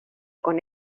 con